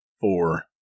four